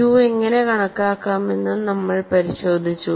Q എങ്ങനെ കണക്കാക്കാമെന്നും നമ്മൾ പരിശോധിച്ചു